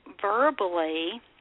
verbally